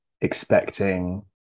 expecting